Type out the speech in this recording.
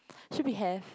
should be have